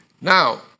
Now